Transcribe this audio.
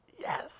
Yes